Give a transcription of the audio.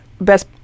Best